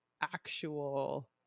actual